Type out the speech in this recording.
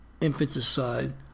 infanticide